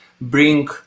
bring